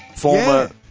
Former